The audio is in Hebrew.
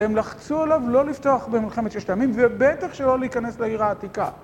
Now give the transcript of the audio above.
הם לחצו עליו לא לפתוח במלחמת ששת הימים, ובטח שלא להיכנס לעיר העתיקה.